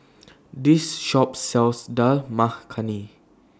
This Shop sells Dal Makhani